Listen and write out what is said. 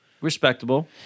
respectable